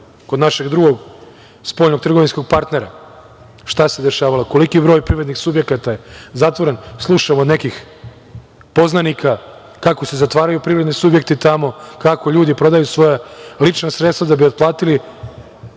kod našeg drugog spoljnotrgovinskog partnera, šta se dešava, koliki broj privrednih subjekata je zatvoren. Slušam od nekih poznanika kako se zatvaraju privredni subjekti tamo, kako ljudi prodaju svoja lična sredstva da bi otplatili